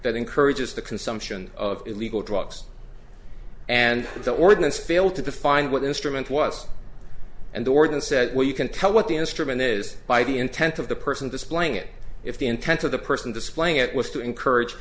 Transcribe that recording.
that encourages the consumption of illegal drugs and that the ordinance failed to define what instrument was and the ordinance said well you can tell what the instrument is by the intent of the person displaying it if the intent of the person displaying it was to encourage